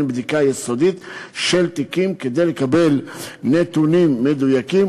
בדיקה יסודית של תיקים כדי לקבל נתונים מדויקים,